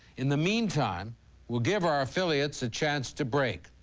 in the meantime we'll give our affiliates a chance to break.